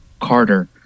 Carter